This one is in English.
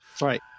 Right